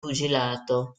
pugilato